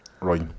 right